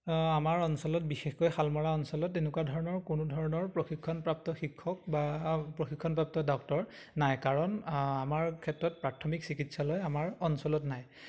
আমাৰ অঞ্চলত বিশেষকৈ হালমৰা অঞ্চলত তেনেকুৱা ধৰণৰ কোনো ধৰণৰ প্ৰশিক্ষণপ্ৰাপ্ত শিক্ষক বা প্ৰশিক্ষণপ্ৰাপ্ত ডক্তৰ নাই কাৰণ আমাৰ ক্ষেত্ৰত প্ৰাথমিক চিকিৎসালয় আমাৰ অঞ্চলত নাই